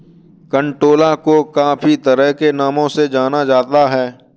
कंटोला को काफी तरह के नामों से जाना जाता है